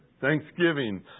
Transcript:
Thanksgiving